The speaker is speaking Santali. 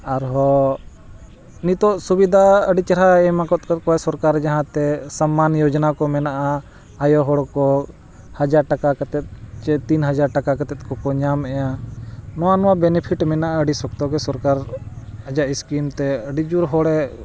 ᱟᱨᱦᱚᱸ ᱱᱤᱛᱳᱜ ᱥᱩᱵᱤᱫᱷᱟ ᱟᱹᱰᱤ ᱪᱮᱦᱨᱟᱭ ᱮᱢ ᱠᱟᱫ ᱠᱚᱣᱟᱭ ᱥᱚᱨᱠᱟᱨ ᱡᱟᱦᱟᱸᱛᱮ ᱥᱟᱢᱢᱟᱱ ᱡᱳᱡᱚᱱᱟ ᱠᱚ ᱢᱮᱱᱟᱜᱼᱟ ᱟᱭᱚ ᱦᱚᱲ ᱠᱚ ᱦᱟᱡᱟᱨ ᱴᱟᱠᱟ ᱠᱟᱛᱮᱫ ᱥᱮ ᱛᱤᱱ ᱦᱟᱡᱟᱨ ᱴᱟᱠᱟ ᱠᱟᱛᱮᱫ ᱠᱚ ᱠᱚ ᱧᱟᱢᱮᱜᱼᱟ ᱱᱚᱣᱟ ᱱᱚᱣᱟ ᱵᱮᱱᱤᱯᱷᱷᱤᱴ ᱢᱮᱱᱟᱜᱼᱟ ᱟᱹᱰᱤ ᱥᱚᱠᱛᱚ ᱜᱮ ᱥᱚᱨᱠᱟᱨ ᱟᱡᱟᱜ ᱥᱠᱤᱢ ᱛᱮ ᱟᱹᱰᱤ ᱡᱳᱨ ᱦᱚᱲᱮ